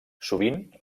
sovint